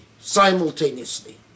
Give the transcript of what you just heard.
simultaneously